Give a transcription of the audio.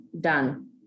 done